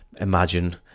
imagine